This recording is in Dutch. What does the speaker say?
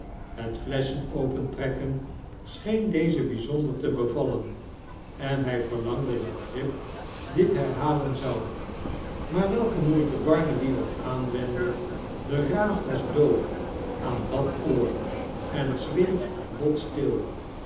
het flesschenopentrekken scheen dezen bijzonder te bevallen en hij verlangde dat grip dit herhalen zou maar welke moeite barnaby k aanwendde de raaf was doof aan dat oor en zweeg bot stil